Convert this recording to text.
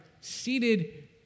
seated